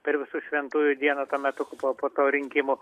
per visų šventųjų dieną tuo metu po po to rinkimų